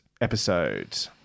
episode